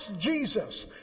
Jesus